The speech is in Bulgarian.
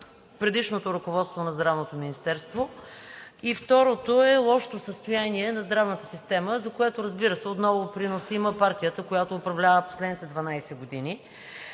предишното ръководство на Здравното министерство. И второто е лошото състояние на здравната система, за което, разбира се, отново принос има партията, която управлява последните 15 години.